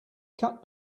cut